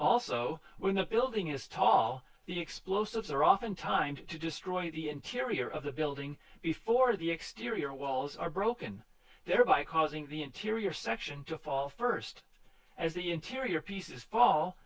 the building is tall the explosives are often timed to destroy the interior of the building before the exterior walls are broken thereby causing the interior section to fall first as the interior pieces fall